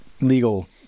legal